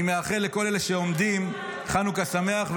אני מאחל לכל אלה שעומדים חנוכה שמח,